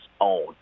own